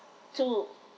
so